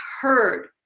heard